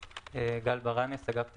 אני מאגף התקציבים.